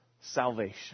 Salvation